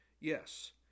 Yes